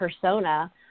persona